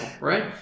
right